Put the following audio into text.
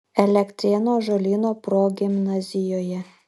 elektrėnų ąžuolyno progimnazijoje